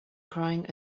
crying